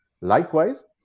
Likewise